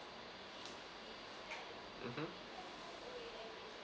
mmhmm